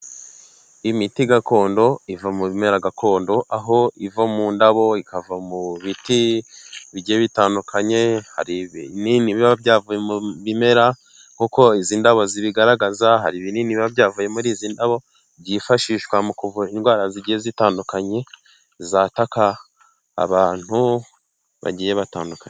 Imiti gakondo iva mu bimera gakondo, aho iva mu ndabo, ikava mu biti bigiye bitandukanye, hari ibinini biba byavuye mu bimera nk'uko izi ndabo zibigaragaza hari binini biba byavuye muri izi ndabo, byifashishwa mu kuvura indwara zigiye zitandukanye zataka abantu bagiye batandukanye.